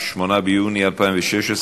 8 ביוני 2016,